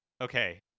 Okay